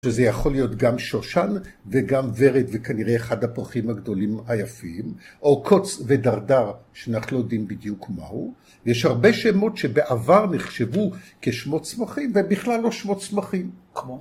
שזה יכול להיות גם שושן, וגם ורד, וכנראה אחד הפרחים הגדולים היפים, או קוץ ודרדר, שאנחנו לא יודעים בדיוק מהו, ויש הרבה שמות שבעבר נחשבו כשמות צמחים, ובכלל לא שמות צמחים.